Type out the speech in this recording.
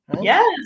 Yes